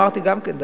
ואמרתי גם כן,